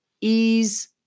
ease